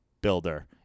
builder